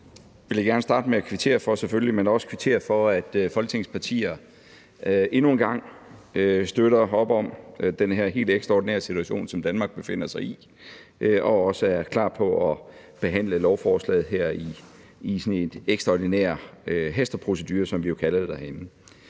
jeg vil også kvittere for, at Folketingets partier endnu en gang støtter op i forhold til den her helt ekstraordinære situation, som Danmark befinder sig i, og også er klar på at behandle lovforslaget her i sådan en ekstraordinær hasteprocedure, som vi jo kalder det herinde.